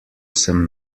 sem